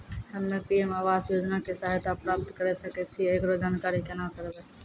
हम्मे पी.एम आवास योजना के सहायता प्राप्त करें सकय छियै, एकरो जानकारी केना करबै?